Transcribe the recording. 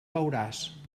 beuràs